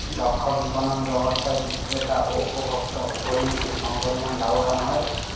দক্ষ বিপণন ব্যবস্থায় বিক্রেতা ও উপভোক্ত উভয়ই কি সমপরিমাণ লাভবান হয়?